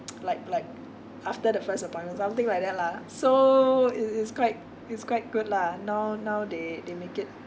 like like after the first appointment something like that lah so it is quite it's quite good lah now now they they make it